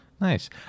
nice